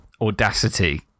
audacity